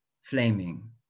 flaming